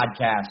podcast